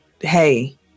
hey